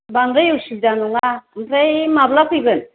बांद्राय उसुबिदा नङा ओमफ्राय माब्ला फैगोन